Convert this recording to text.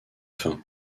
faim